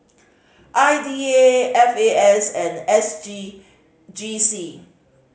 I D A F A S and S G G C